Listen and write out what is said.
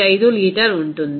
415 litre ఉంటుంది